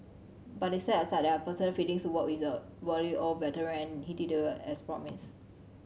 but they set aside their personal feelings to work with the wily old veteran and he delivered as promised